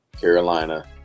Carolina